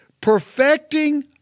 perfecting